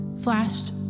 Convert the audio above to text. flashed